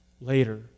Later